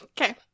Okay